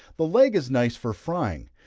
the leg is nice for frying,